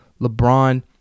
LeBron